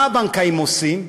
מה הבנקאים עושים?